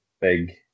big